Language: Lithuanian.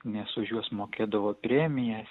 nes už juos mokėdavo premijas